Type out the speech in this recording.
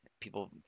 People